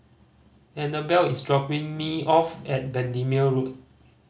Anabel is dropping me off at Bendemeer Road